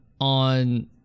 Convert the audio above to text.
on